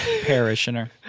Parishioner